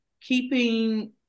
keeping